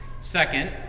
Second